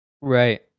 right